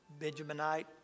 Benjaminite